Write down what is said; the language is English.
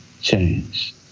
change